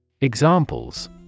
Examples